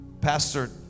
Pastor